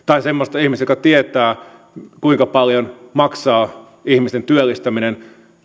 tai semmoista ihmistä joka tietää kuinka paljon maksaa ihmisten työllistäminen